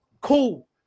cool